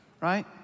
Right